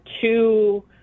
two